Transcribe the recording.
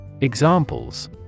Examples